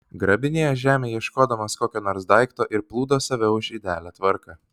grabinėjo žemę ieškodamas kokio nors daikto ir plūdo save už idealią tvarką